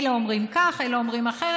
אלה אומרים כך, אלה אומרים אחרת.